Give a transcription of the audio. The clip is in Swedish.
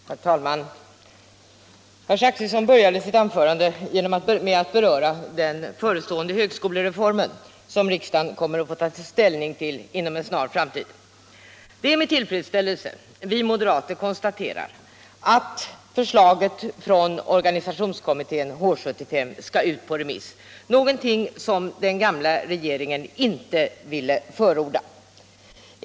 Herr talman! Herr Zachrisson började sitt anförande med att beröra den förestående högskolereformen, som riksdagen kommer att få ta ställning till inom en snar framtid. Det är med tillfredsställelse vi moderater konstaterar att förslaget från H 75 skall ut på remiss, något som den gamla regeringen inte ville förorda.